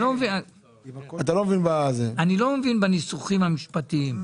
אני לא מבין בניסוחים המשפטיים.